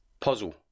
Puzzle